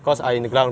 oh